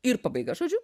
ir pabaiga žodžiu